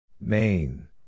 Main